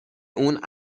اون